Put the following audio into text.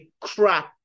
crap